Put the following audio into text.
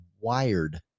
wired